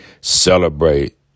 celebrate